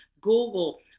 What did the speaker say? Google